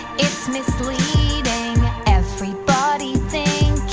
it's misleading, everybody thinking